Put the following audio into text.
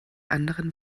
anderen